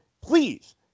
please